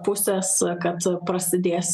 pusės kad prasidės